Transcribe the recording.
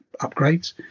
upgrades